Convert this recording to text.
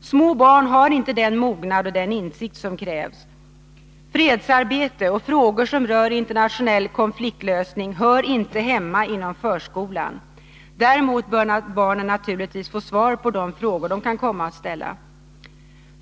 Små barn har inte den mognad och den insikt som krävs. Fredsarbete och frågor som rör internationell konfliktlösning hör inte hemma inom förskolan. Däremot bör barnen naturligtvis få svar på de frågor de kan komma att ställa.